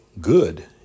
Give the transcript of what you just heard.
good